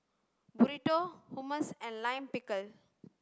Burrito Hummus and Lime Pickle